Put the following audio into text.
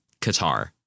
Qatar